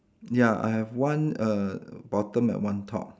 ya I have one err bottom and one top